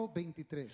23